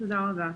תודה רבה.